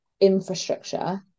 infrastructure